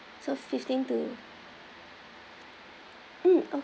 so fifteenth to mm o~